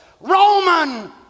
Roman